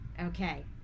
Okay